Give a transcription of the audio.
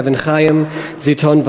אבן-חיים וזיתון.